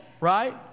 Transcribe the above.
right